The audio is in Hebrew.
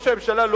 ראש הממשלה,